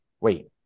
wait